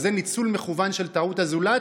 וזה ניצול מכוון של טעות הזולת,